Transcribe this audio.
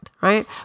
right